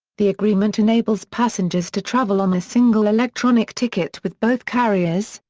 the agreement enables passengers to travel on a single electronic ticket with both carriers,